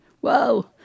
Whoa